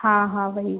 हाँ हाँ वही